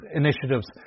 initiatives